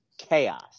chaos